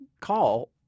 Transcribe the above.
call